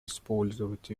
использовать